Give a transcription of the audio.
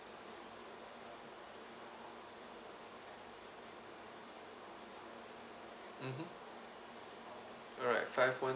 mmhmm alright five one